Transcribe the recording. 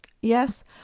Yes